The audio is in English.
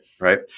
Right